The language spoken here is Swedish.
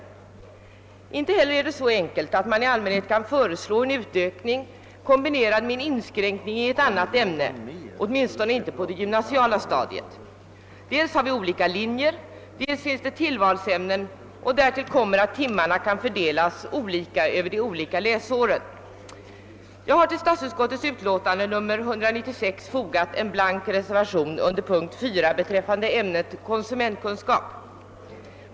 Det är inte heller så enkelt att man allmänt kan föreslå en utökning kombinerad med en inskränkning i ett annat ämne. Detta gäller åtminstone på det gymnasiala stadiet. Dels förekommer där olika linjer, dels finns det tillvalsämnen — och därtill kommer att timmarna kan fördelas på skiftande sätt över olika läsår. Jag har vid statsutskottets utlåtande nr 196 fogat en blank reservation under punkten 4 beträffande ämnet konsumentkunskap.